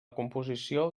composició